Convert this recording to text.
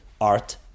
art